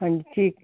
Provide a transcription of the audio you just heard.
ਹਾਂਜੀ ਠੀਕ